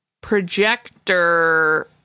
projector